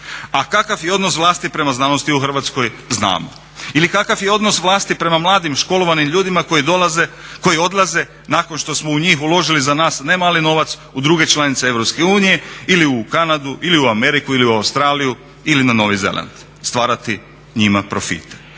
A kakav je odnos vlasti prema znanosti u Hrvatskoj znamo. Ili kakav je odnos vlasti prema mladim, školovanim ljudima koji odlaze nakon što smo u njih uložili za nas ne mali novac u druge članice EU ili u Kanadu ili u Ameriku ili u Australiju ili na Novi Zeland stvarati njima profite.